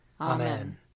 Amen